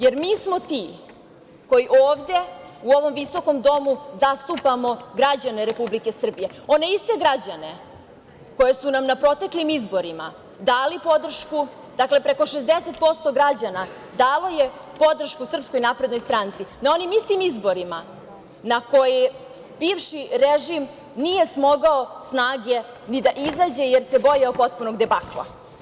Jer, mi smo ti koji ovde, u ovom visokom domu, zastupamo građane Republike Srbije, one iste građane koji su nam na proteklim izborima dali podršku, dakle preko 60% građana dalo je podršku SNS na onim istim izborima na koje bivši režim nije smogao snage ni da izađe, jer se bojao potpuno debakla.